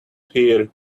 hear